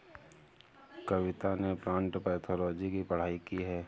कविता ने plant pathology की पढ़ाई की है